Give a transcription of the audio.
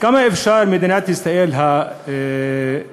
כמה אפשר, מדינת ישראל, המדיניות,